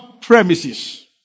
premises